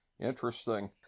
Interesting